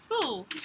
cool